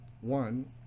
One